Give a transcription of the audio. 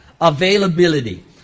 availability